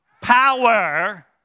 power